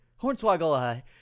Hornswoggle